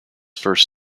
first